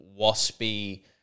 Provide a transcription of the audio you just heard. waspy